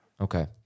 Okay